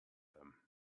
them